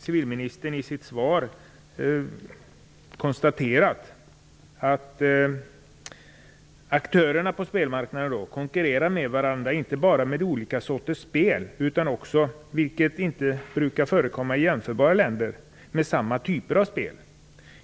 Civilministern konstaterar i sitt svar: "Aktörerna konkurrerar med varandra inte bara med olika sorters spel utan också - vilket inte brukar förekomma i jämförbara länder - med samma typer av spel.